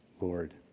Lord